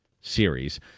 series